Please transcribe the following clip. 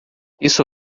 isso